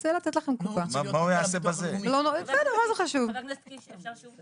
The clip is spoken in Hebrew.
חבר הכנסת קיש, אפשר שוב?